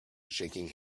shaking